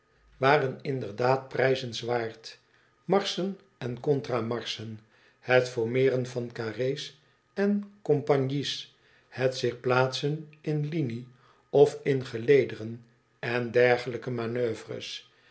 waren inderdaad prij zen s waard marsenen en contra marschen het formeer en van carrés en compagnies het zich plaatsen in linie of in gelederen en dergelijke manoeuvres